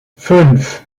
fünf